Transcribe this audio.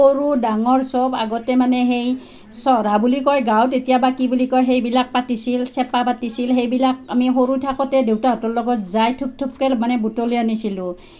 সৰু ডাঙৰ সব আগতে মানে সেই চৰহা বুলি কয় গাৱঁত এতিয়া বা কি বুলি কয় সেইবিলাক পাতিছিল চেপা পাতিছিল সেইবিলাক আমি সৰু থাকোঁতে দেউতাহঁতৰ লগত যাই থোপ থোপকৈ মানে বুটলি আনিছিলোঁ